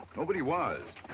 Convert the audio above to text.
oh, but he was.